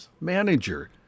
manager